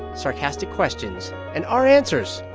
sarcastic questions and our answers